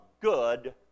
good